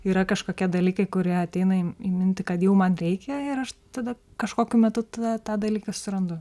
yra kažkokie dalykai kurie ateina į mintį kad jau man reikia ir aš tada kažkokiu metu tada tą dalyką surandu